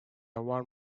want